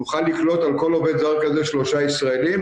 נוכל לקלוט על כל עובד זר כזה שלושה ישראלים,